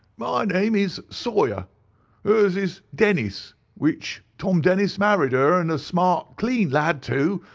my name is sawyer her's is dennis, which tom dennis married her and a smart, clean lad, too,